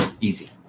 Easy